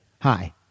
hi